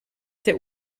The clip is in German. der